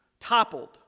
toppled